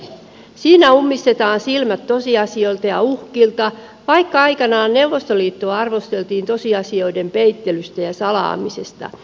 siinä ummistetaan silmät tosiasioilta ja uhkilta vaikka aikanaan neuvostoliittoa arvosteltiin tosiasioiden peittelystä ja salaamisesta